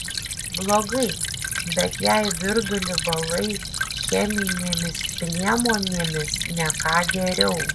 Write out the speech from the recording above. blogai bet jei virdulį valai cheminėmis priemonėmis ne ką geriau